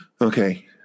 Okay